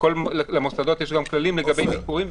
ולמוסדות יש גם כללים לגבי ביקורים,